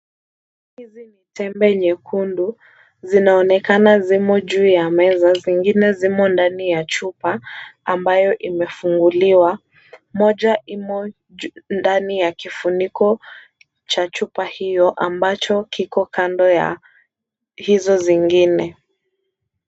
Hizi ni tembe nyekundu zinaonekana zimo juu ya meza zingine zimo ndani ya chupa ambayo imefunguliwa. Moja imo ndani ya kifuniko cha chupa hiyo ambacho kiko kando ya hizo zingine.